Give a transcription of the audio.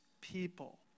people